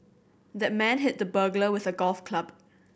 the man hit the burglar with a golf club